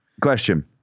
Question